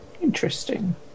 interesting